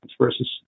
versus